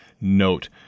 note